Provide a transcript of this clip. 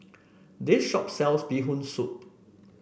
this shop sells Bee Hoon Soup